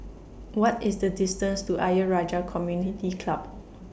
What IS The distance to Ayer Rajah Community Club